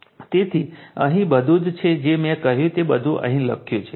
તેથી અહીં પણ બધું જ છે જે મેં કહ્યું તે બધું અહીં લખ્યું છે